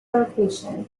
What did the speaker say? vocation